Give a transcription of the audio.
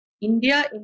India